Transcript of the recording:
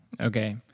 Okay